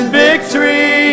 victory